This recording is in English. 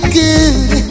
good